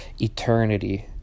eternity